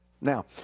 Now